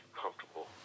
comfortable